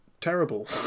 terrible